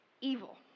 evil